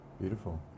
Beautiful